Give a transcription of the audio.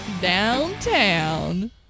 Downtown